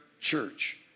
church